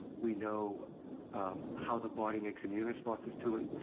we know how the body makes immune responses to it.